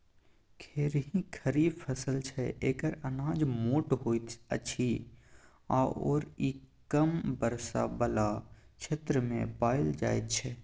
खेरही खरीफ फसल छै एकर अनाज मोट होइत अछि आओर ई कम वर्षा बला क्षेत्रमे पाएल जाइत छै